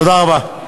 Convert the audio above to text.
תודה רבה.